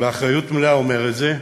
באחריות מלאה אומר את זה,